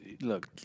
look